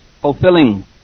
fulfilling